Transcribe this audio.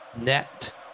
net